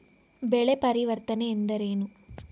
ಬೆಳೆ ಪರಿವರ್ತನೆ ಎಂದರೇನು?